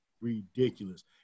ridiculous